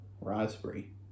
raspberry